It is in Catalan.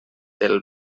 del